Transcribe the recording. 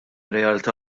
realtà